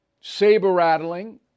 saber-rattling